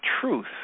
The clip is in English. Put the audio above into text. truth